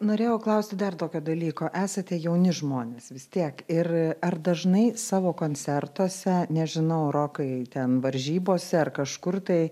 norėjau klausti dar tokio dalyko esate jauni žmonės vis tiek ir ar dažnai savo koncertuose nežinau rokai ten varžybose ar kažkur tai